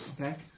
Okay